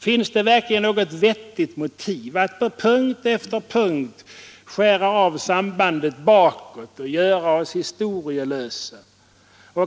Finns det verkligen något vettigt motiv att på punkt efter punkt skära av sambandet bakåt och göra oss historielösa?